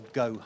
go